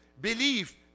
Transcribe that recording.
believe